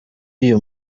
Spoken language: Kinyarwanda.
uyu